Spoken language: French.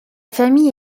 famille